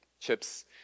Chips